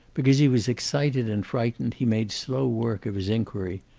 because he was excited and frightened he made slow work of his inquiry,